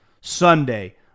Sunday